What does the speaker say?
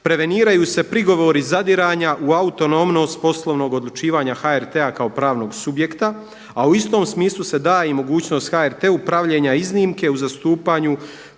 preveniraju se prigovori zadiranja u autonomnost poslovnog odlučivanja HRT-a kao pravnog subjekta, a u istom smislu se da i mogućnost HRT-u pravljenja iznimke u zastupanju